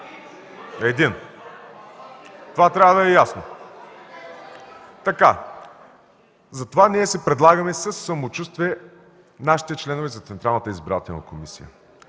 един. Това трябва да е ясно. (Смях от ГЕРБ.) Затова ние си предлагаме със самочувствие нашите членове за Централната избирателна комисия.